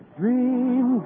dream